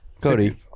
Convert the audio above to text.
Cody